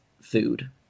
food